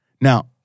Now